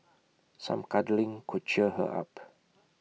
some cuddling could cheer her up